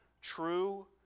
true